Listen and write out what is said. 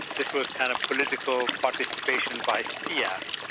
this was kind of political participation by yeah